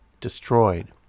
destroyed